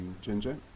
ginger